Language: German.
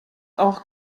auch